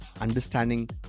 understanding